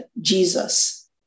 Jesus